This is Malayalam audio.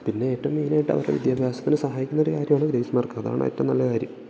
പിന്നെ ഏറ്റവും മെയിനായിട്ട് അവരുടെ വിദ്യാഭ്യാസത്തിനു സഹായിക്കുന്നൊരു കാര്യമാണ് ഗ്രെയ്സ് മാർക്ക് അതാണ് ഏറ്റവും നല്ല കാര്യം